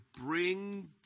bring